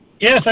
yes